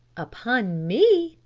upon me?